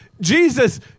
Jesus